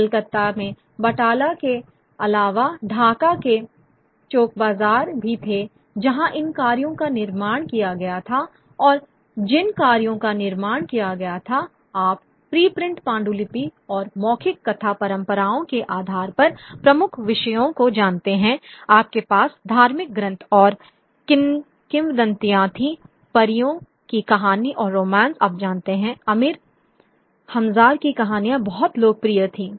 कलकत्ता में बैटाला के अलावा ढाका में चोकबाजार भी थे जहाँ इन कार्यों का निर्माण किया गया था और जिन कार्यों का निर्माण किया गया था आप प्री प्रिंट पांडुलिपि और मौखिक कथा परंपराओं के आधार पर प्रमुख विषयों को जानते हैं आपके पास धार्मिक ग्रंथ और किंवदंतियां थीं परियों की कहानी और रोमांस आप जानते हैं अमीर हमज़ार की कहानियाँ बहुत लोकप्रिय थीं